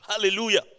Hallelujah